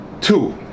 Two